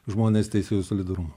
žmonės teisėjų solidarumą